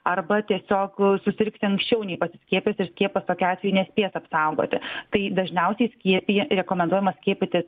arba tiesiog susirgti anksčiau nei pasiskiepysi ir skiepas tokiu atveju nespės apsaugoti tai dažniausiai skiepija rekomenduojama skiepytis